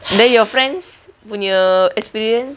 then your friends punya experience